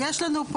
יש לנו,